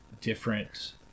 different